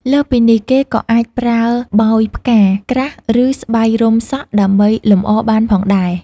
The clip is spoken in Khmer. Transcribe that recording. លើសពីនេះ គេក៏អាចប្រើបោយផ្កា ក្រាស់ ឬស្បៃរុំសក់ដើម្បីលម្អបានផងដែរ។